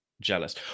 jealous